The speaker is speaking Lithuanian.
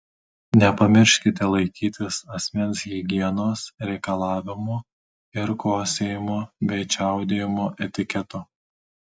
nepamirškite laikytis asmens higienos reikalavimų ir kosėjimo bei čiaudėjimo etiketo